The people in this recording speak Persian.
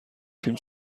فیلم